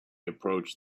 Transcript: approached